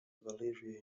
valeria